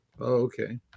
okay